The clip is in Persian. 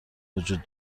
وجود